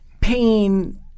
pain